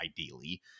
ideally